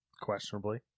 questionably